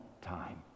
time